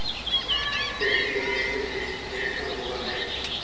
credit union के fees ढेर कम होब हई